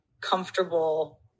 comfortable